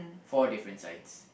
four different signs